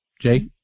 Jay